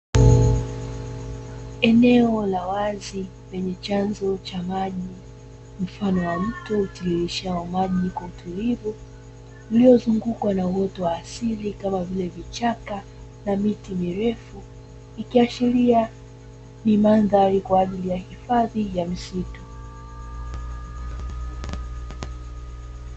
Eneo la wazi lenye chanzo cha maji mfano wa mto utiririshao maji kwa utulivu, uliozungukwa na uoto wa asili kama vile vichaka na miti mirefu; ikiashiria ni mandhari kwa ajili ya hifadhi ya misitu.